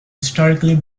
historically